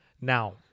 Now